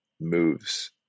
moves